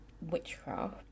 witchcraft